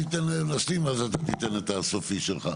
אני אתן להם להשלים ואז אתה תיתן את הסופי שלך.